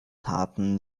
taten